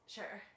Sure